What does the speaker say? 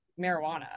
marijuana